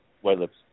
White-lips